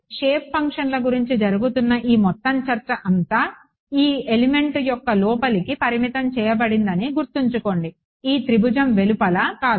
shape ఫంక్షన్ల గురించి జరుగుతున్న ఈ మొత్తం చర్చ అంతా ఈ ఎలిమెంట్ యొక్క లోపలికి పరిమితం చేయబడిందని గుర్తుంచుకోండి ఈ త్రిభుజం వెలుపల కాదు